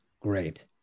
Great